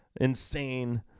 insane